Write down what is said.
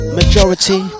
majority